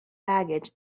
baggage